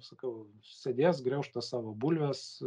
sakau sėdės griauš tas savo bulves